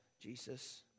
Jesus